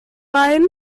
rhein